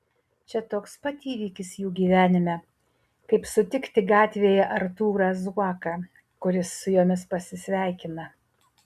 čia toks pat įvykis jų gyvenime kaip sutikti gatvėje artūrą zuoką kuris su jomis pasisveikina